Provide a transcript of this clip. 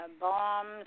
bombs